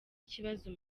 ikibazo